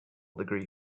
degree